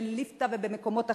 בליפתא ובמקומות אחרים.